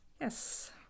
yes